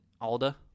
Alda